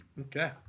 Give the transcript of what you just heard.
Okay